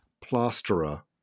plasterer